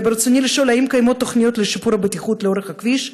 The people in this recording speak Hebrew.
ברצוני לשאול: 1. האם קיימות תוכניות לשיפור הבטיחות לאורך הכביש,